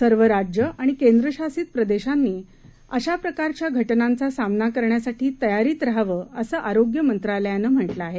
सर्वराज्यआणिकेंद्रशासितप्रदेशांनीअशाप्रकारच्याघटनांचासामनाकरण्यासाठीतयारीतरहावअसंआरोग्यमंत्रालयानंम्हटलंआहे